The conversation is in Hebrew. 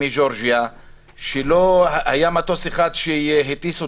היה מטוס אחד שהטיס אותם,